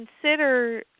consider